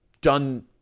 done